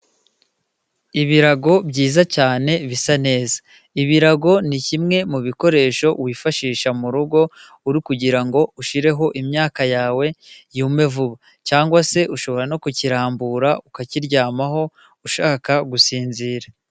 Ibirago byiza cyane bisa neza, ibirago ni kimwe mu bikoresho wifashisha mu rugo uri kugira ngo ushyireho imyaka yawe yume vuba, cyangwa se ushobora no kukirambura ukakiryamaho ushaka gusinzira.